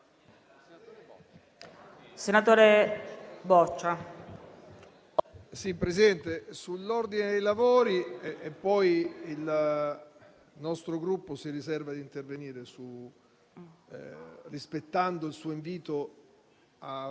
Signor Presidente, intervengo sull'ordine dei lavori e poi il nostro Gruppo si riserva di intervenire - rispettando il suo invito a